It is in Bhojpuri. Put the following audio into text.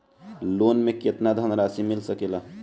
लोन मे केतना धनराशी मिल सकेला?